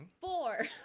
Four